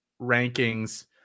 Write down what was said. rankings